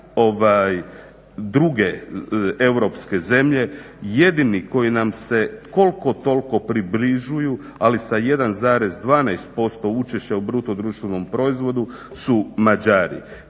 na druge europske zemlje, jedini koji nam se koliko toliko približuju, ali sa 1,12% učešća u BDP-u su Mađari.